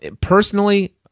personally